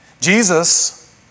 Jesus